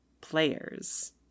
players